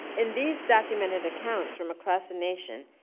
in these documented accounts from across the nation,